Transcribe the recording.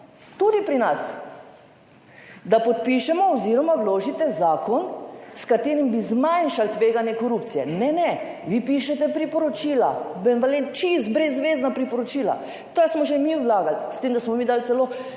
tudi pri nas? Da podpišemo, oz. vložite zakon, s katerim bi zmanjšali tveganje korupcije. Ne, ne, vi pišete priporočila male, čisto brezvezna priporočila. To smo že mi vlagali, s tem, da smo mi dali celo